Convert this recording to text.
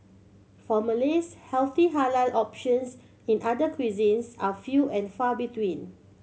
for Malays healthy halal options in other cuisines are few and far between